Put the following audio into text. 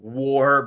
war